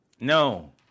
No